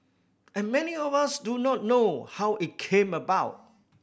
and many of us do not know how it came about